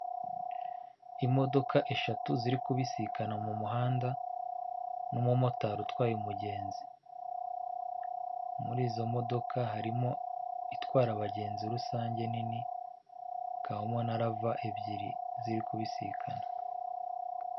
Imodoka eshatu ziri kubisikana mu muhanda n'umumotari utwaye umugenzi, muri izo modoka harimo itwara abagenzi rusange nini kahomo na rava ebyiri ziri kubisikana.